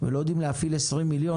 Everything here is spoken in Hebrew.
ולא יודעים להפעיל 20 מיליון?